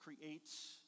creates